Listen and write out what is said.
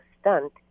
stunt